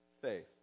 Faith